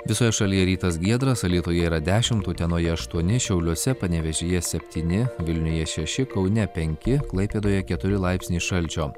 visoje šalyje rytas giedras alytuje yra dešimt utenoje aštuoni šiauliuose panevėžyje septyni vilniuje šeši kaune penki klaipėdoje keturi laipsniai šalčio